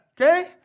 okay